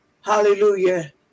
Hallelujah